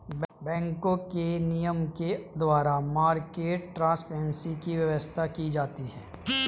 बैंकों के नियम के द्वारा मार्केट ट्रांसपेरेंसी की व्यवस्था की जाती है